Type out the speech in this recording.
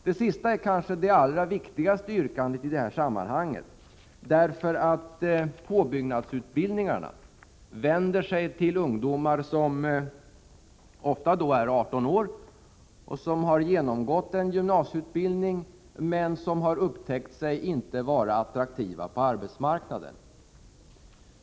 Det sista är kanske det allra viktigaste yrkandet i detta sammanhang, därför att påbyggnadsutbildningarna ofta vänder sig till ungdomar på 18 år, som har genomgått gymnasieutbildning men som har upptäckt att de inte är attraktiva på arbetsmarknaden.